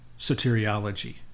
soteriology